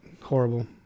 Horrible